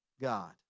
God